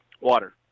Water